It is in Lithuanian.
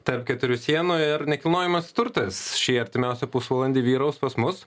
tarp keturių sienų ir nekilnojamas turtas šį artimiausią pusvalandį vyraus pas mus